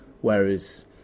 Whereas